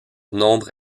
nombre